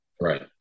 Right